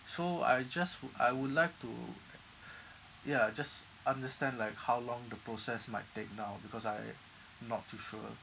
so I just wou~ I would like to ya just understand like how long the process might take now because I not too sure